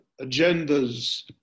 agendas